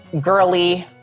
girly